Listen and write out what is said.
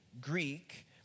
Greek